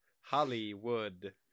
hollywood